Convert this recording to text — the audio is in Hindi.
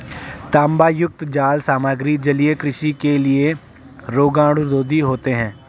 तांबायुक्त जाल सामग्री जलीय कृषि के लिए रोगाणुरोधी होते हैं